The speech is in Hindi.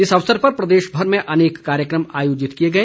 इस अवसर पर प्रदेशभर में अनेक कार्यक्रम आयोजित किए गए